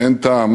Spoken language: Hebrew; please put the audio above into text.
אין טעם